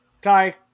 Ty